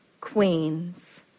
Queen's